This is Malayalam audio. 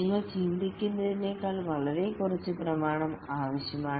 നിങ്ങൾ ചിന്തിക്കുന്നതിനേക്കാൾ വളരെ കുറച്ച് പ്രമാണം ആവശ്യമാണ്